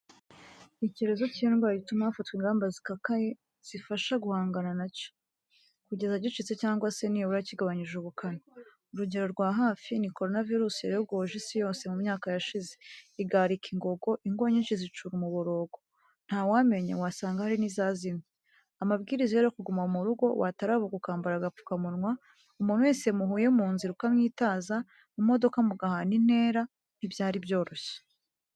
Icyorezo cy'indwara gituma hafatwa ingamba zikakaye, zifasha guhangana na cyo, kugeza gicitse cyangwa se nibura kigabanyije ubukana. Urugero rwa hafi ni Korona virusi yayogoje isi yose mu myaka yashize, igarika ingogo, ingo nyinshi zicura umuborogo, ntawamenya wasanga hari n'izazimye. Amabwiriza yari ukuguma mu rugo, watarabuka ukambara agapfukamunwa, umuntu wese muhuye mu nzira ukamwitaza, mu modoka mugahana intera. Ntibyari byoroshye.